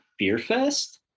Beerfest